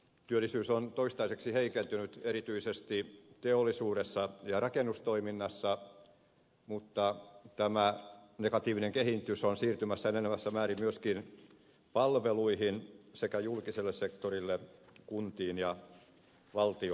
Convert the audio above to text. työllisyys on toistaiseksi heikentynyt erityisesti teollisuudessa ja rakennustoiminnassa mutta tämä negatiivinen kehitys on siirtymässä enenevässä määrin myöskin palveluihin sekä julkiselle sektorille kuntiin ja valtiolle